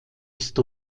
ist